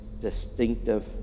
distinctive